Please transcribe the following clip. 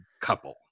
couple